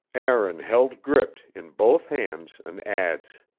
aaron held gripped in both hands an adze.